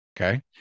Okay